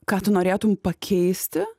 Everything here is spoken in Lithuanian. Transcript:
ką tu norėtum pakeisti